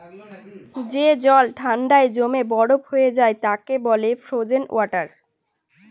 যে জল ঠান্ডায় জমে বরফ হয়ে যায় তাকে বলে ফ্রোজেন ওয়াটার